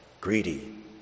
greedy